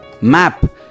map